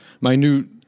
minute